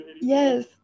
Yes